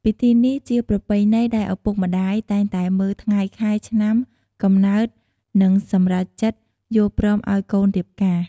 ពិធីនេះជាប្រពែណីដែលឪពុកម្តាយតែងតែមើលថ្ងែ ខែ ឆ្នាំ កំំណើតនិងសម្រេចចិត្តយល់ព្រមអោយកូនរៀបការ។